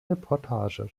reportage